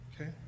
okay